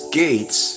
gates